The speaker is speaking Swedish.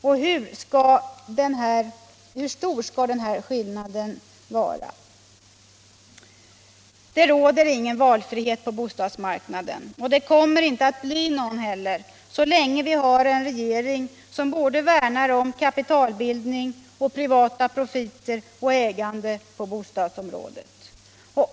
Och hur stor skall denna skillnad vara? Det råder ingen valfrihet på bostadsmarknaden, och det kommer inte att bli någon heller så länge vi har en regering som värnar om kapitalbildning, privata profiter och ägande på bostadsområdet.